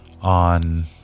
on